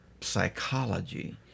psychology